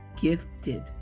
gifted